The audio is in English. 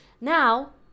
Now